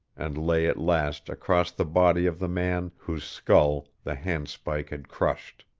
and lay at last across the body of the man whose skull the handspike had crushed.